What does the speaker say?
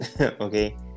okay